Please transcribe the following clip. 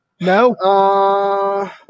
No